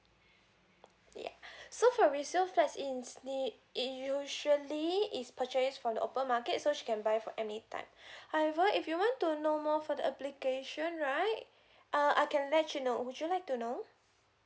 yeah so for resale flat is need usually is purchased from the open market so she can buy from any time however if you want to know more for the application right err I can let you know would you like to know